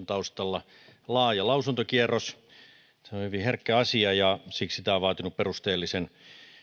taustalla laaja lausuntokierros se on hyvin herkkä asia ja siksi tämä on vaatinut perusteellisen